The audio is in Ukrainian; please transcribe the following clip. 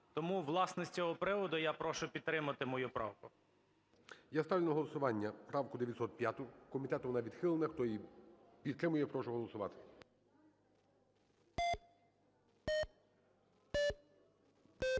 Тому, власне, з цього приводу я прошу підтримати мою правку. ГОЛОВУЮЧИЙ. Я ставлю на голосування правку 905, комітетом вона відхилена. Хто її підтримує, прошу голосувати.